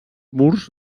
murs